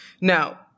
now